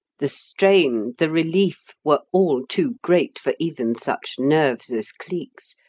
the strain, the relief, were all too great for even such nerves as cleek's,